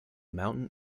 mountain